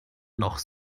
noch